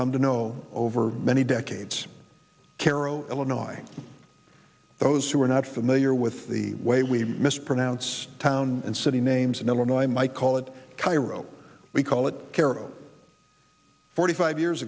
come to know over many decades kero annoying those who are not familiar with the way we mispronounce town and city names in illinois might call it cairo we call it carol forty five years